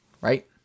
Right